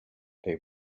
they